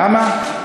למה?